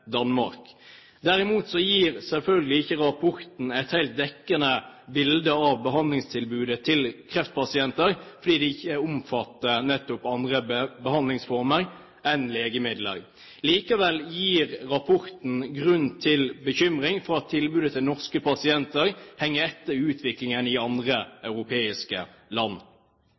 Danmark. Derimot gir selvfølgelig ikke rapporten et helt dekkende bilde av behandlingstilbudet til kreftpasienter, fordi den ikke omfatter nettopp andre behandlingsformer enn legemidler. Likevel gir rapporten grunn til bekymring for at tilbudet til norske pasienter henger etter utviklingen i andre europeiske land.